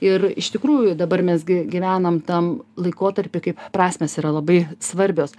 ir iš tikrųjų dabar mes gi gyvenam tam laikotarpy kaip prasmės yra labai svarbios